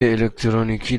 الکترونیکی